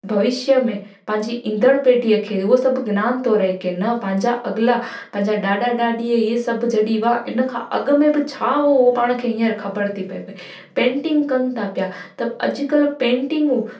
भविष्य में पंहिंजी ईंदड़ पीढ़ीअ खे उहो सभु ग़िनानु थो रहे की न पंहिंजा अॻिला पंहिंजा ॾाॾा ॾाॾी इहे सभु जॾहिं हुआ इन खां अॻ में बि छा हो पाण खे हींअर ख़बरु थी पए पेटिंग कनि था पिया त अॼुकल्ह पेंटिंगूं